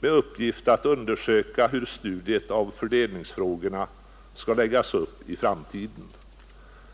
med uppgift att undersöka hur studiet av fördelningsfrågorna skall läggas upp i framtiden.